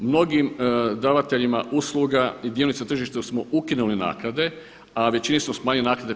Mnogim davateljima usluga i dionicima na tržištu smo ukinuli naknade, a većini smo smanjili naknade 50%